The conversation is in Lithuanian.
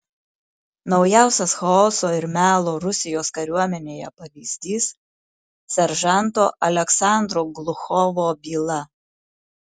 naujausias chaoso ir melo rusijos kariuomenėje pavyzdys seržanto aleksandro gluchovo byla